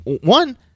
one